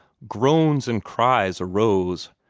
groans and cries arose,